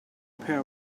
pair